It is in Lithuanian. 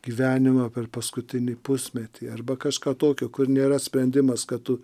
gyvenimą per paskutinį pusmetį arba kažką tokio kur nėra sprendimas kad tu